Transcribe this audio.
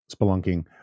spelunking